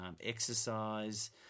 Exercise